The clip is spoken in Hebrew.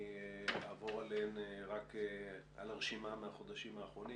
אני אעבור על הרשימה רק מהחודשים האחרונים.